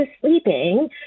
sleeping